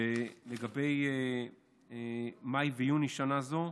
לגבי מאי ויוני בשנה זו,